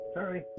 Sorry